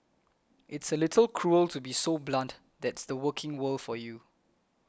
it's a little cruel to be so blunt that's the working world for you